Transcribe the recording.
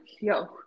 yo